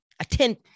attend